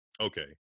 okay